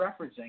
referencing